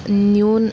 न्यूनम्